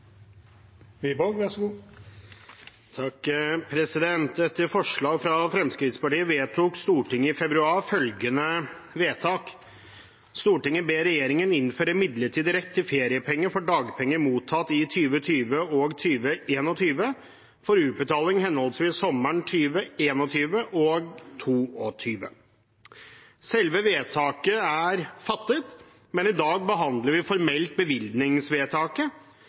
Etter forslag fra Fremskrittspartiet vedtok Stortinget i februar følgende: «Stortinget ber regjeringen innføre en midlertidig rett til feriepenger for dagpenger mottatt i 2020 og 2021 for utbetaling henholdsvis sommeren 2021 og 2022.» Selve vedtaket er fattet, men i dag behandler vi formelt